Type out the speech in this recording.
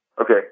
Okay